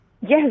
Yes